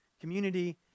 community